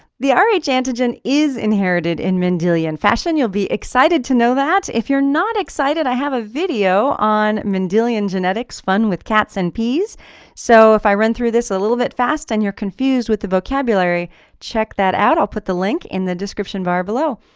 the ah rh antigen is inherited in mendelian fashion you'll be excited to know that. if you're not excited i have a video on mendelian genetics fun with cats and peas so if i run through this a little bit fast and you're confused with the vocabulary check that out i'll put the link in the description bar below.